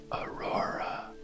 Aurora